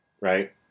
Right